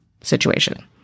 situation